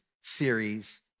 series